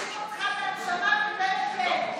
לא אשתוק כשאתה מדבר.